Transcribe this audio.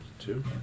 Two